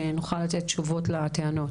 כדי שנוכל לתת תשובות לטענות.